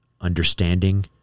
understanding